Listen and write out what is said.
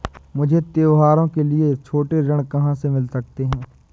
मुझे त्योहारों के लिए छोटे ऋण कहाँ से मिल सकते हैं?